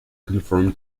conform